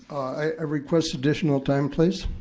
i request additional time, please.